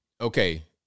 Okay